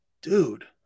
Dude